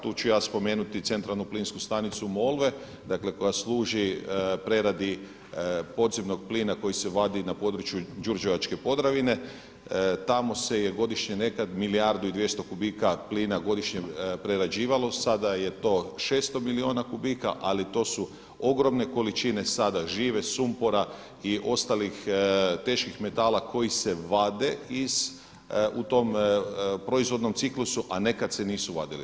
Tu ću ja spomenuti centralnu plinsku stanicu Molve dakle koja služi preradi podzemnog plina koji se vadi na području Đurđevačke Podravine, tamo se je godišnje nekada milijardu i 200 kubika plina godišnje prerađivalo, sada je to 600 milijuna kubika ali to su ogromne količine, sada žive, sumpora i ostalih teških metala koji se vade u tom proizvodnom ciklusu a nekada se nisu vadili.